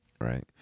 Right